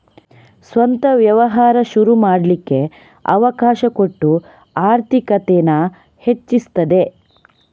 ಸ್ವಂತ ವ್ಯವಹಾರ ಶುರು ಮಾಡ್ಲಿಕ್ಕೆ ಅವಕಾಶ ಕೊಟ್ಟು ಆರ್ಥಿಕತೇನ ಹೆಚ್ಚಿಸ್ತದೆ